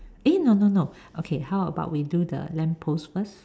eh no no no okay how about we do the lamp post first